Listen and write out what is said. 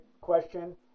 question